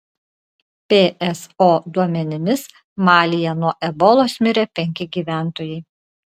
pso duomenimis malyje nuo ebolos mirė penki gyventojai